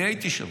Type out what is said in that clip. אני הייתי שם.